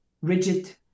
rigid